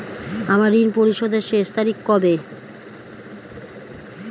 আমার ঋণ পরিশোধের শেষ তারিখ কবে?